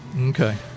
Okay